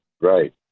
right